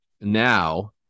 now